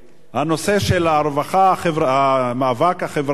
הנושא של המאבק החברתי,